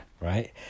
right